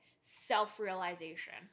self-realization